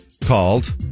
called